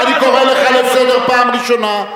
אני קורא אותך לסדר פעם ראשונה.